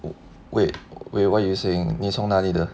wait wait wait what you were saying 你从哪里的